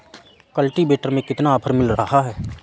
Cultivator में कितना offer मिल रहा है?